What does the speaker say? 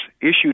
issued